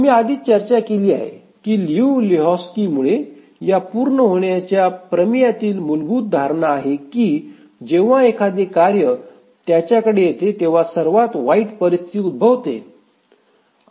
आम्ही आधीच चर्चा केली आहे की लियू लेहोक्स्कीमुळे या पूर्ण होण्याच्या प्रमेयातील मूलभूत धारणा ही आहे की जेव्हा जेव्हा एखादे कार्य त्याच्याकडे येते तेव्हा सर्वात वाईट परिस्थिती उद्भवते